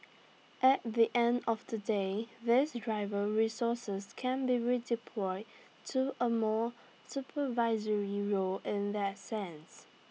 at the end of the day these driver resources can be redeployed to A more supervisory role in that sense